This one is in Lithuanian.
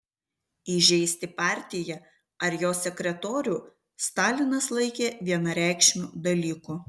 įžeisti partiją ar jos sekretorių stalinas laikė vienareikšmiu dalyku